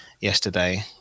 yesterday